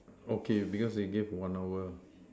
okay because they give one hour